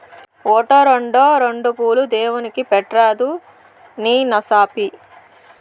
ఓటో, రోండో రెండు పూలు దేవుడిని పెట్రాదూ నీ నసాపి